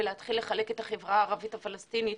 ולהתחיל לחלק את החברה הערבית הפלסטינית